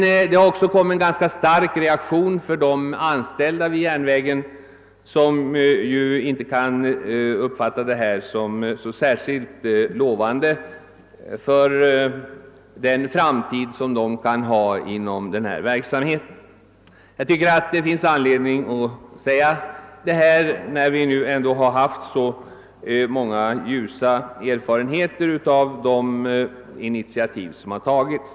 Det har också kommit en stark reaktion från de anställda vid järnvägen, som inte kan uppfatta utvecklingen som särskilt lovande för framtiden. Jag tycker det finns anledning att säga detta när vi nu ändå har så många ljusa erfarenheter av de initiativ som har tagits.